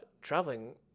traveling